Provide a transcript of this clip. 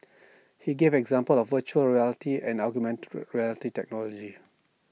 he gave example of Virtual Reality and augmented reality technology